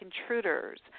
intruders